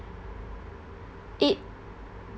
it